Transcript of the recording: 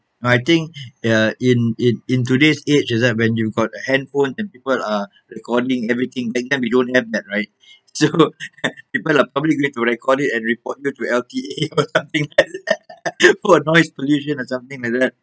I think uh in in in today's age is that when you got a handphone and people are recording everything back then we don't have that right so people are probably going to record it and report you to L_T_A or something like that for noise pollution or something like that